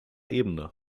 ebene